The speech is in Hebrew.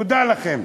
תודה לכם.